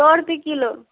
सौ रुपये किलो